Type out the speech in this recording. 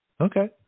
Okay